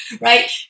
right